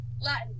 Latin